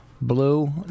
Blue